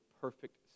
perfect